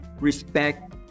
respect